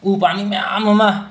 ꯎ ꯄꯥꯝꯕꯤ ꯃꯌꯥꯝ ꯑꯃ